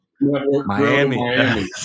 Miami